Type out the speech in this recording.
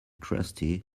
crusty